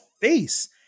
face